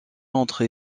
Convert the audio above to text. entre